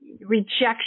rejection